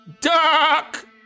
Duck